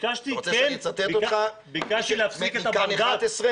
ביקשתי כן להפסיק את הברדק --- אתה רוצה שאני אצטט אותך מכאן 11?